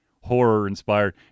horror-inspired